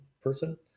person